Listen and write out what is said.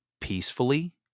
peacefully